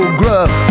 gruff